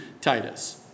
Titus